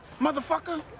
motherfucker